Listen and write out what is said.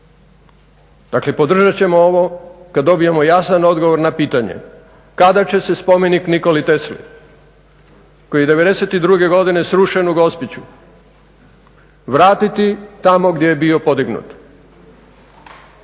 Dakle, podržat ćemo ovo kad dobijemo jasan odgovor na pitanje kada će se spomenik Nikoli Tesli koji je '92. godine srušen u Gospiću vratiti tamo gdje je bio podignut?